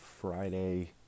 Friday